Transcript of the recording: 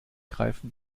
greifen